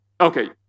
Okay